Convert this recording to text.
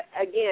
again